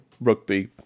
rugby